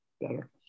better